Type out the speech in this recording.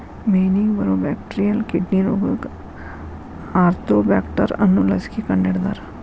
ಮೇನಿಗೆ ಬರು bacterial kidney ರೋಗಕ್ಕ ಆರ್ತೋಬ್ಯಾಕ್ಟರ್ ಅನ್ನು ಲಸಿಕೆ ಕಂಡಹಿಡದಾರ